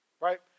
Right